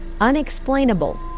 unexplainable